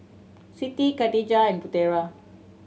Siti Katijah and Putera